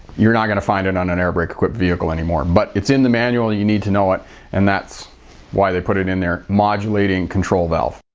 you're not going to find it on an air brake equipped vehicle anymore, but it's in the manual, so you need to know it and that's why they put it in there. modulating control valve.